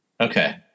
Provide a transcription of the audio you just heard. Okay